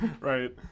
right